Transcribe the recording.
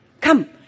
Come